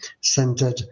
centered